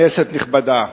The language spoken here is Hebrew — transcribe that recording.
כנסת נכבדה,